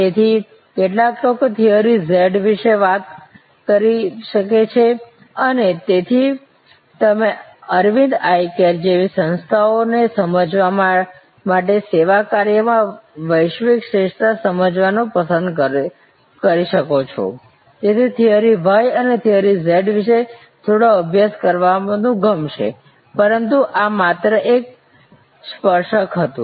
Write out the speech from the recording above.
તેથી કેટલાક લોકોએ થિયરી Z વિશે વાત કરી છે અને તેથી તમે અરવિંદ આઈ હોસ્પિટલ જેવી સંસ્થાઓને સમજવા માટે સેવા કર્યા માં વૈશ્વિક શ્રેષ્ઠતા સમજવાનું પસંદ કરી શકો છો તમને થિયરી Y અને થિયરી Z વિશે થોડો અભ્યાસ કરવાનું ગમશે પરંતુ આ માત્ર એક સ્પર્શક હતું